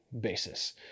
basis